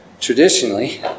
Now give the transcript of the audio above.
traditionally